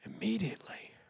immediately